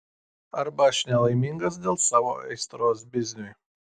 arba aš nelaimingas dėl savo aistros bizniui